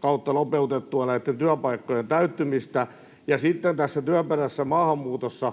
kautta nopeutettua näitten työpaikkojen täyttymistä. Ja sitten tässä työperäisessä maahanmuutossa